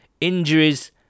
Injuries